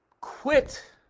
quit